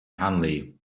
hunley